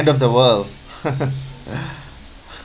end of the world